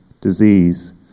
disease